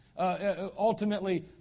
ultimately